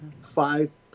five